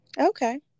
Okay